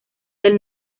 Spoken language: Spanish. del